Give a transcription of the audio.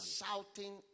shouting